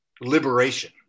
liberation